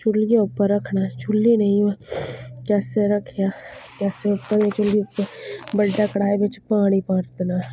चुल्लियै उप्पर रक्खना चुल्ली नेईं होऐ गैसे उप्पर रक्खेआ गैसे उप्पर जां चुल्ली उप्पर बड्डे कड़ाए बिच्च पानी परतना